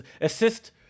assist